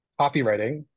copywriting